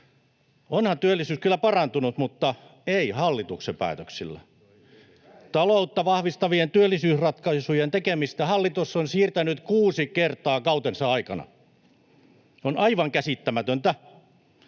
Onhan työllisyys kyllä parantunut, mutta ei hallituksen päätöksillä. Taloutta vahvistavien työllisyysratkaisujen tekemistä hallitus on siirtänyt kuusi kertaa kautensa aikana! On aivan käsittämätöntä,